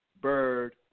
Bird